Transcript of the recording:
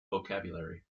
vocabulary